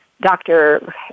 doctor